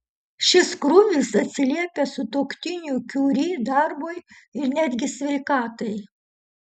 šis krūvis atsiliepia sutuoktinių kiuri darbui ir netgi sveikatai